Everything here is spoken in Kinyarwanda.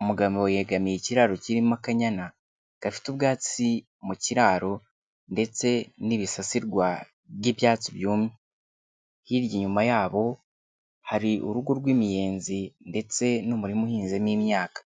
Umugabo yegamiye ikiraro kirimo akanyana gafite ubwatsi mu kiraro, ndetse n'ibisasirwa by'ibyatsi byumye. Hirya inyuma yabo hari urugo rw'imiyenzi ndetse n'umurima uhinzemo imyaka.